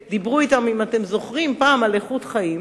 דיברו אתם פעם, אם אתם זוכרים, על איכות חיים.